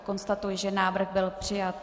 Konstatuji, že návrh byl přijat.